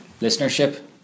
listenership